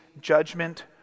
judgment